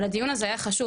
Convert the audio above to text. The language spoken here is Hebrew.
אבל הדיון הזה היה חשוב.